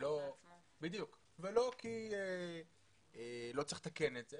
ולא כי לא צריך לתקן את זה,